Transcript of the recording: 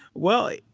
well,